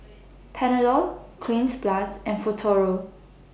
Panadol Cleanz Plus and Futuro